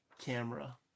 camera